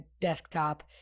desktop